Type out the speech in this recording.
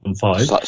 five